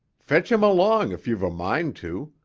fetch him along if you've a mind to.